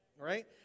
right